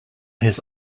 his